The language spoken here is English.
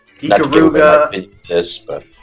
Ikaruga